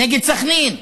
נגד סח'נין,